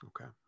Okay